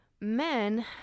Men